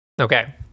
Okay